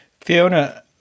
Fiona